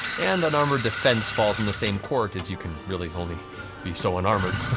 and unarmored defense falls in the same court, as you can really only be so unarmored.